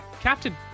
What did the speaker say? captain